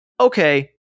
okay